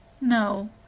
no